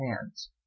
hands